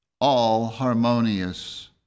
all-harmonious